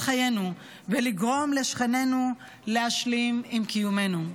חיינו ולגרום לשכנינו להשלים עם קיומנו.